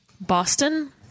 Boston